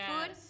food